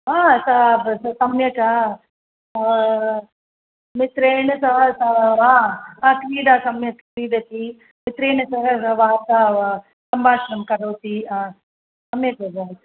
सा सम्यक मित्रेण सह सा वा क्रीडा सम्यक् क्रीडति मित्रेण सह वार्ता सम्भाषणम् करोति सम्यक् एव